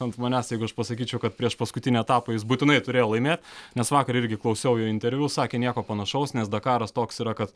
ant manęs jeigu aš pasakyčiau kad priešpaskutinį etapą jis būtinai turėjo laimėt nes vakar irgi klausiau jo interviu sakė nieko panašaus nes dakaras toks yra kad